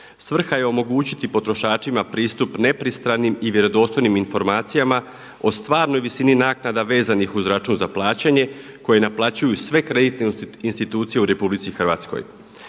Svrha je omogućiti potrošačima pristup nepristranim i vjerodostojnim informacijama o stvarnoj visini naknada vezanih uz račun za plaćanje koji naplaćuju sve kreditne institucije u RH. Pristup